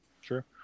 Sure